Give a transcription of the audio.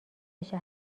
بشه